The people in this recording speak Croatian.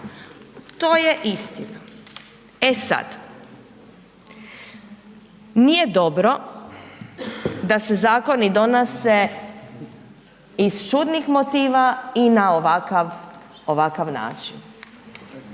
To je istina. E sad. Nije dobro da se zakoni donose iz čudnih motiva i na ovakav način.